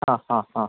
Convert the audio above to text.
ആ ആ ആ